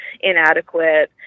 inadequate